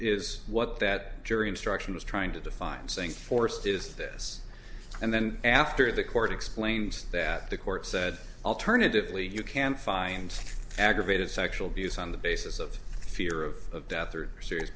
is what that jury instruction was trying to define saying forced is this and then after the court explains that the court said alternatively you can find aggravated sexual abuse on the basis of fear of death or serious